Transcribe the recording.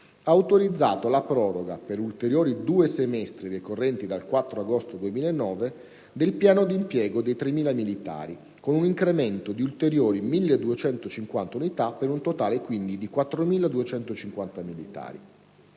ha autorizzato la proroga - per ulteriori due semestri decorrenti dal 4 agosto 2009 - del piano d'impiego di 3.000 militari, con un incremento di ulteriori 1.250 unità, per un totale di 4.250 militari.